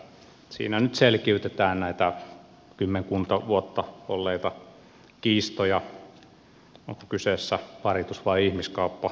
siinä nyt selkiytetään näitä kymmenkunta vuotta olleita kiistoja onko kyseessä paritus vai ihmiskauppa